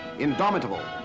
indomitable,